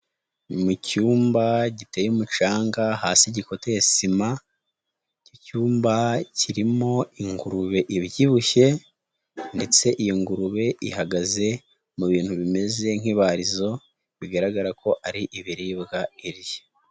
Mu cyumba giteye umucanga hasi gikoteye sima, icyo cyumba kirimo ingurube ibyibushye ndetse iyo ngurube ihagaze mu bintu bimeze nk'ibarizo, bigaragara ko ari ibiribwa irya.